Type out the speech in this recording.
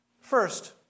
First